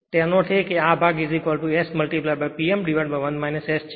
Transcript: તેનો અર્થ એ કે આ ભાગ S P m 1 S છે